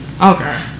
Okay